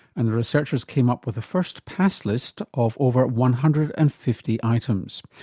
and the researchers came up with a first pass list of over one hundred and fifty items.